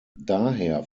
daher